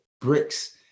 bricks